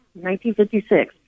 1956